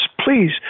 Please